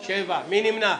7 נמנעים,